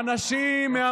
יועז,